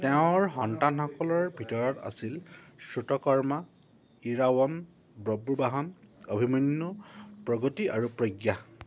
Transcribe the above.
তেওঁৰ সন্তানসকলৰ ভিতৰত আছিল শ্ৰুতকৰ্মা ইৰাৱন বব্ৰুবাহন অভিমন্যু প্ৰগতি আৰু প্ৰজ্ঞা